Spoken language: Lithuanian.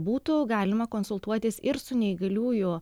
būtų galima konsultuotis ir su neįgaliųjų